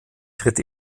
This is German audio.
tritt